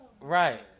Right